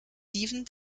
steven